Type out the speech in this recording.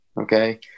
Okay